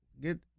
get